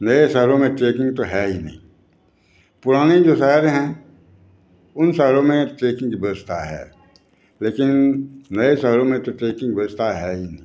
नए शहरों में ट्रेकिंग तो है ही नहीं पुराने जो शहर हैं उन शहरों में ट्रेकिंग की व्यवस्था है लेकिन नए शहरों में तो ट्रेकिंग व्यवस्था है ही नहीं